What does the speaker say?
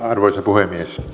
arvoisa puhemies